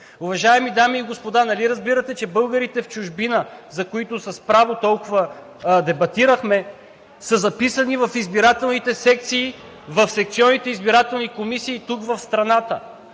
Уважаеми дами и господа, нали разбирате, че българите в чужбина, за които с право толкова дебатирахме, са записани в избирателните секции, в секционните избирателни комисии и тук в страната.